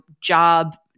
job